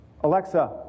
Alexa